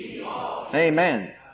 Amen